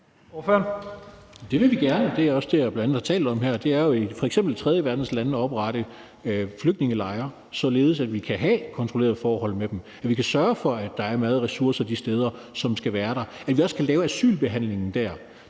Det vil vi gerne, og det er også det, jeg bl.a. har talt om her. Det er jo f.eks. i tredjeverdenslande at oprette flygtningelejre, således at vi kan have kontrollerede forhold med dem, at vi kan sørge for, at der de steder er mad og ressourcer, som skal være der, og at vi også kan lave asylbehandlingen der.